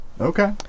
Okay